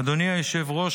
אדוני היושב-ראש,